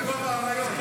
ברמאללה.